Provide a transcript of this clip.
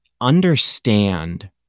Understand